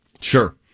Sure